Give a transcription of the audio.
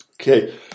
okay